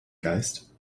geist